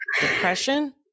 depression